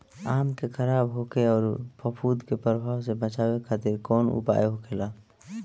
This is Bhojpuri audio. आम के खराब होखे अउर फफूद के प्रभाव से बचावे खातिर कउन उपाय होखेला?